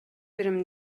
берем